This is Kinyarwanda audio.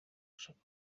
ashaka